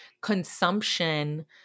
consumption